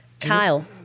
Kyle